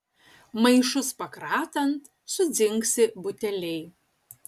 maišus pakratant sudzingsi buteliai